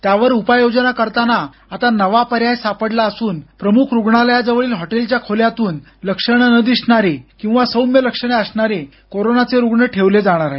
त्यावर उपाय योजना करताना आता नवा पर्याय सापडला असून प्रमुख रुग्णालयाजवळील हॉटेलच्या खोल्यातून लक्षण न दिसणारे किंवा सौम्य लक्षणे असणारे कोरोनाचे रुग्ण ठेवले जाणार आहेत